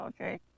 Okay